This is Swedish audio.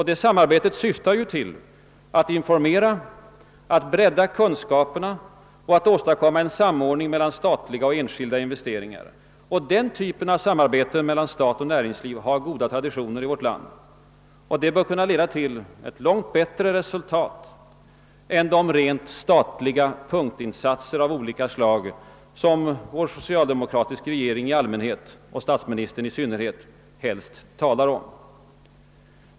Det samarbetet syftar just till att informera, att bredda kunskaperna och åstadkomma en samordning mellan statliga och enskilda investeringar. Den typen av samarbete mellan stat och näringsliv har goda traditioner i vårt land, och det bör kunna leda till ett långt bättre resultat än de statliga punktinsatser av olika slag, som vår socialdemokratiska regering i allmänhet och statsministern i synnerhet helst talar om.